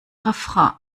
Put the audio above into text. refrain